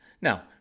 Now